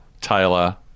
Taylor